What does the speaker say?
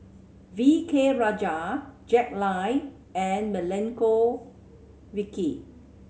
V K Rajah Jack Lai and Milenko Prvacki